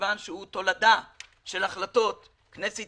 מכיוון שהוא תולדה של החלטות כנסת